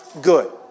good